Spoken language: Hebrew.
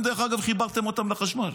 אתם חיברתם אותם לחשמל.